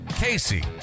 Casey